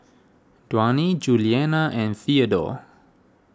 Duane Julianna and theadore